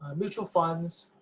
mutual funds,